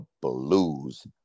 blues